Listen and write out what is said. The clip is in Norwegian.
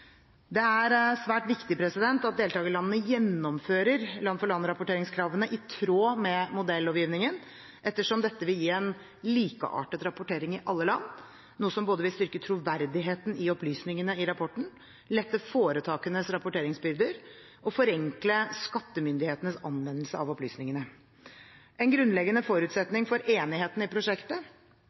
Det er svært viktig at deltakerlandene gjennomfører land-for-land-rapporteringskravene i tråd med modellovgivningen, ettersom dette vil gi en likeartet rapportering i alle land, noe som både vil styrke troverdigheten i opplysningene i rapporten, lette foretakenes rapporteringsbyrder og forenkle skattemyndighetenes anvendelse av opplysningene. En grunnleggende forutsetning for enigheten i prosjektet